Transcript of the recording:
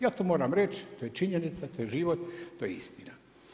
Ja to moram reći, to je činjenica, to je život, to je istina.